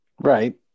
Right